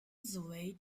子为